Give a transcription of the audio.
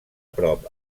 prop